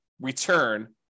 return